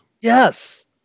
Yes